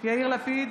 יאיר לפיד,